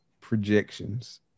projections